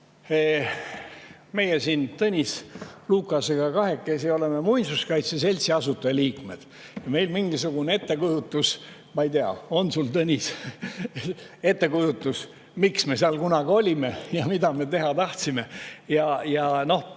Meie siin Tõnis Lukasega kahekesi oleme muinsuskaitse seltsi asutajaliikmed ja meil on mingisugune ettekujutus – ma ei tea, on sul, Tõnis? –, miks me seal kunagi olime ja mida me teha tahtsime.